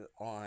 on